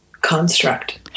Construct